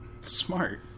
Smart